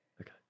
Okay